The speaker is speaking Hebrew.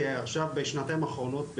עכשיו בשנתיים האחרונות,